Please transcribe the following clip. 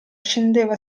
scendeva